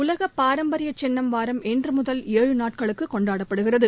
உலகபாரம்பரியசின்னம் வாரம் இன்றுமுதல் ஏழு நாட்களுக்குகொண்டாடப்படுகிறது